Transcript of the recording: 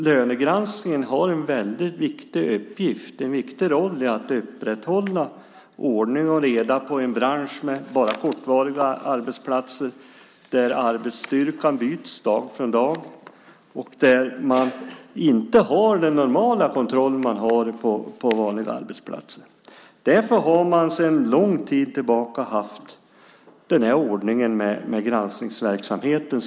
Lönegranskningen har en viktig uppgift och en viktig roll i att upprätthålla ordning och reda på en bransch med bara kortvariga arbetsplatser, där arbetsstyrkan byts dag från dag och där man inte har den normala kontroll som man har på vanliga arbetsplatser. Därför har man sedan lång tid tillbaka haft den här ordningen med granskningsverksamheten.